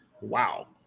Wow